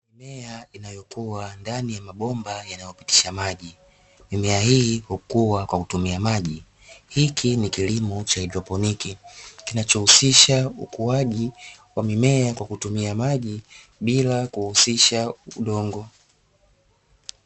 Mimea inayokuwa ndani ya mabomba yanayopitisha maji, mimea hii hukua kwa kutumia maji. Hiki ni kilimo cha haidroponi kinachohusisha ukuaji wa mimea kwa kutumia maji, bila kuhusisha udongo.